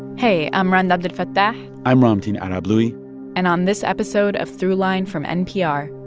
hey, i'm rund abdelfatah i'm ramtin arablouei and on this episode of throughline from npr,